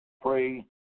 Pray